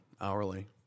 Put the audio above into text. hourly